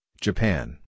Japan